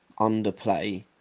underplay